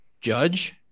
judge